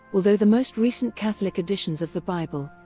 although the most recent catholic editions of the bible,